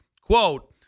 quote